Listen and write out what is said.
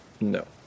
No